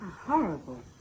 Horrible